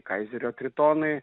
kaizerio tritonai